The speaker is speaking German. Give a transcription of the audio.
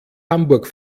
hamburg